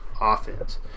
offense